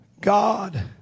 God